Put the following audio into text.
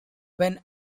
when